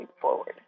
forward